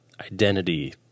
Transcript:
identity